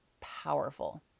powerful